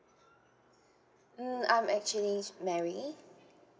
mm I'm actually mary